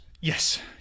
Yes